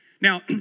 Now